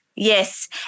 Yes